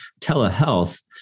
telehealth